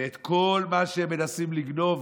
ואת כל מה שהם מנסים לגנוב,